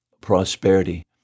prosperity